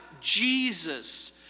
Jesus